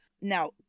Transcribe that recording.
Now